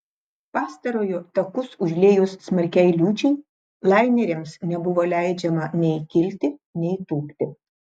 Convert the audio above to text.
pastarojo takus užliejus smarkiai liūčiai laineriams nebuvo leidžiama nei kilti nei tūpti